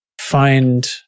find